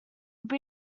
would